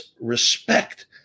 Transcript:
respect